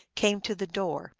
came to the door.